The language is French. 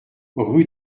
rue